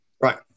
Right